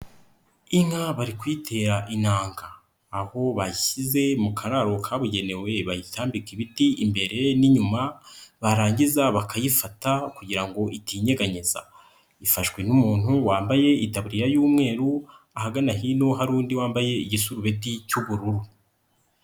Inka bari kuyitera intanga, aho bashyize mu kararo kabugenewe bayitambika ibiti, imbere n'inyuma, barangiza bakayifata kugira ngo itinyeganyeza. Ifashwe n'umuntu wambaye itaburiyariya y'umweru, ahagana hino hari undi wambaye igisarubeti cy'ubururu.